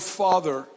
father